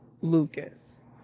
Lucas